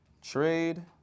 trade